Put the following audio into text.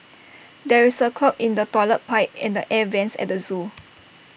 there is A clog in the Toilet Pipe and the air Vents at the Zoo